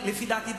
לפי דעתי,